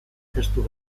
testu